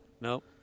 No